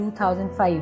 2005